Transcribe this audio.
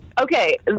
Okay